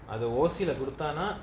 அது:athu O_C lah குடுத்தானா:kuduthaanaa